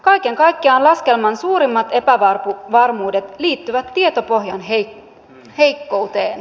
kaiken kaikkiaan laskelman suurimmat epävarmuudet liittyvät tietopohjan heikkouteen